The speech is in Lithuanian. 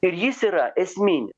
ir jis yra esminis